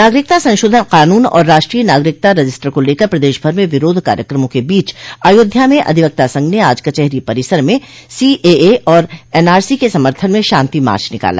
नागरिकता संशोधन कानून और राष्ट्रीय नागरिकता रजिस्टर को लेकर प्रदेश भर में विरोध कार्यक्रमों के बीच अयोध्या में अधिवक्ता संघ ने आज कचेहरी परिसर में सीएए और एनआरसी के समर्थन में शांति मार्च निकाला